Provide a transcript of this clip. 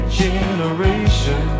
generation